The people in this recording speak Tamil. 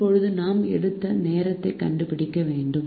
இப்போது நாம் எடுத்த நேரத்தை கண்டுபிடிக்க வேண்டும்